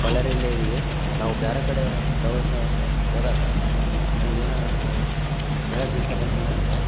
ಬಳ್ಳಾರಿಯಲ್ಲೆ ಇದೀವಿ ನಾವು ಬೇರೆ ಕಡೆ ಪ್ರವಾಸ ಹೋದಾಗ ನಮ್ಗೆ ಹೇಳೋಕ್ ಇಷ್ಟಪಡ್ತೀನಿ ಅಂದರೆ